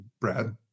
Brad